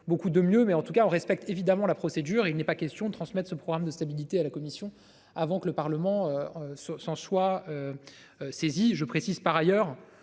beaucoup de mieux mais en tout cas on respecte, évidemment la procédure, il n'est pas question de transmettre ce programme de stabilité à la commission avant que le Parlement se sent soit. Saisi, je précise par ailleurs